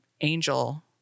Angel